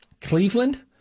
Cleveland